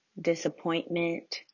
disappointment